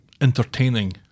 entertaining